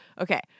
Okay